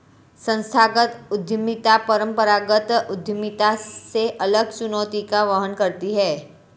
संस्थागत उद्यमिता परंपरागत उद्यमिता से अलग चुनौतियों का वहन करती है